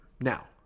Now